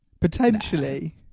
potentially